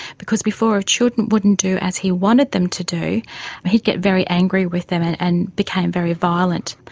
because before if children wouldn't do as he wanted them to do he'd get very angry with them and and became very violent.